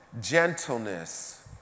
Gentleness